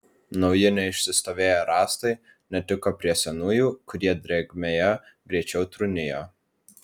nauji neišsistovėję rąstai netiko prie senųjų kurie drėgmėje greičiau trūnijo